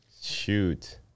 shoot